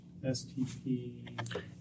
STP